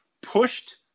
pushed